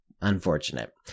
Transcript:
Unfortunate